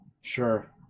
Sure